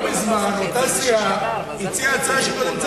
לא מזמן אותה סיעה הציעה הצעה שקודם כול